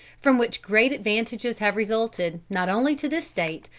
from which great advantages have resulted, not only to this state,